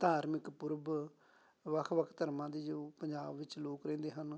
ਧਾਰਮਿਕ ਪੁਰਬ ਵੱਖ ਵੱਖ ਧਰਮਾਂ ਦੇ ਜੋ ਪੰਜਾਬ ਵਿੱਚ ਲੋਕ ਰਹਿੰਦੇ ਹਨ